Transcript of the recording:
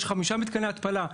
ויש לנו חמישה מתקני התפלה.